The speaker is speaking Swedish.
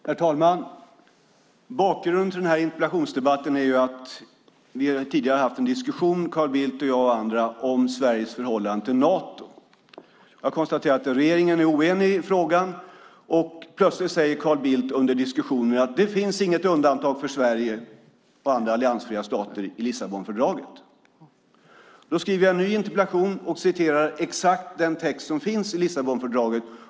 Herr talman! Bakgrunden till denna interpellationsdebatt är att jag, Carl Bildt och andra tidigare har haft en diskussion om Sveriges förhållande till Nato. Jag har konstaterat att regeringen är oenig i frågan, och plötsligt säger Carl Bildt under diskussionen att det inte finns något undantag för Sverige och andra alliansfria stater i Lissabonfördraget. Jag skriver då en ny interpellation och citerar exakt den text som finns i Lissabonfördraget.